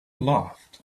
laughed